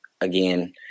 again